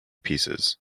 pieces